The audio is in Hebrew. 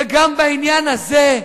וגם בעניין הזה,